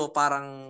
parang